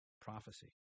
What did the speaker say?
Prophecy